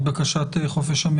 מוריה דיין, בבקשה.